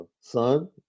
son